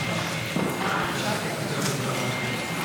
נתקבלו.